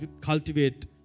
cultivate